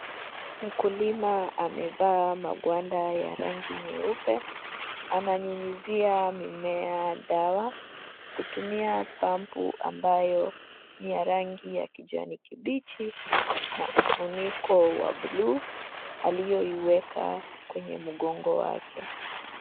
Mkulima amevaa magwanda ya rangi nyeupe. Ananyunyizia mimea dawa kutumia pampu ambayo ni ya rangi ya kijani kibichi na ufuniko wa buluu, aliyoiweka kwenye mgongo wake.